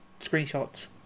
screenshots